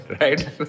right